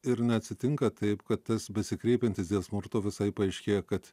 ir neatsitinka taip kad tas besikreipiantis dėl smurto visai paaiškėja kad